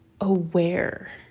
aware